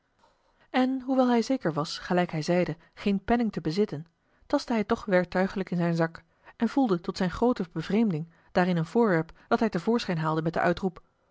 en hoewel hij zeker was gelijk hij zeide geen penning te bezitten tastte hij toch werktuiglijk in zijn zak en voelde tot zijne groote bevreemding daarin een voorwerp dat hij te voorschijn haalde met den uitroep